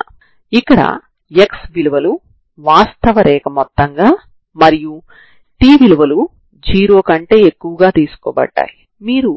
కాబట్టి ఇప్పుడు నేను దీనిని ఇటిరేటివ్ ఇంటిగ్రల్ గా రాస్తే మీరు